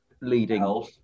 leading